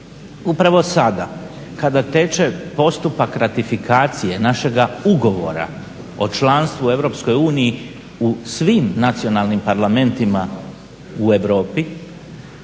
Upravo sada kada teče postupak ratifikacije našega ugovora o članstvu u EU u svim nacionalnim parlamentima u Europi